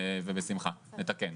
ובשמחה נתקן.